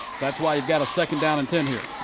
that's why you've got a second down and ten here.